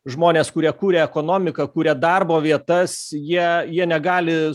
žmonės kurie kuria ekonomiką kuria darbo vietas jie jie negali